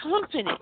company